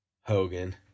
Hogan